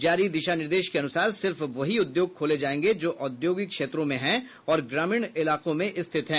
जारी दिशा निर्देश के अनुसार सिर्फ वही उद्योग खोले जायेंगे जो औद्योगिक क्षेत्रों में हैं और ग्रामीण इलाकों में स्थित है